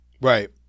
right